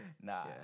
Nah